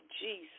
Jesus